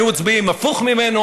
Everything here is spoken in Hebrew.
היו מצביעים הפוך ממנו.